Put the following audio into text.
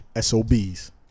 SOBs